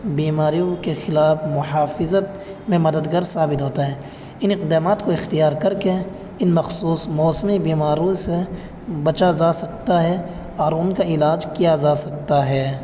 بیماریوں کے خلاف محافظت میں مددگار ثابت ہوتا ہے ان اقدامات کو اختیار کر کے ان مخصوص موسمی بیماریوں سے بچا جا سکتا ہے اور ان کا علاج کیا جا سکتا ہے